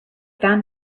found